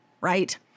right